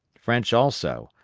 french also,